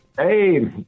Hey